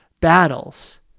battles